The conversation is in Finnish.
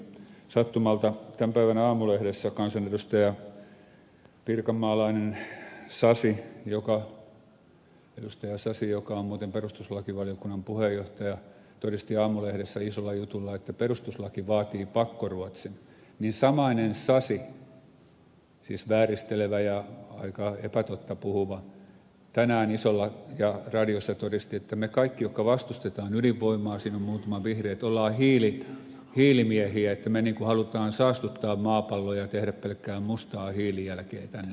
sattumalta tämän päivän aamulehdessä pirkanmaalainen kansanedustaja sasi joka on muuten perustuslakivaliokunnan puheenjohtaja todisti aamulehdessä isolla jutulla että perustuslaki vaatii pakkoruotsin ja samainen sasi siis vääristelevä ja aika epätotta puhuva tänään isolla ja radiossa todisti että me kaikki jotka vastustamme ydinvoimaa siinä on muutama vihreä ollaan hiilimiehiä että me niin kuin haluamme saastuttaa maapallon ja tehdä pelkkää mustaa hiilijälkeä tänne näin tähän yhteiskuntaan